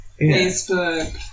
Facebook